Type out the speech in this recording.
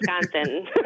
Wisconsin